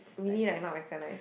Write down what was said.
really like no recognise